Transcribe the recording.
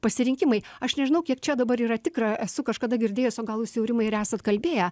pasirinkimai aš nežinau kiek čia dabar yra tikra esu kažkada girdėjus o gal jūs jau rimai ir esat kalbėję